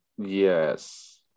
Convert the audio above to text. yes